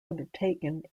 undertaken